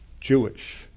Jewish